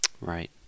Right